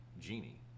genie